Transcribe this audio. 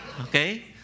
Okay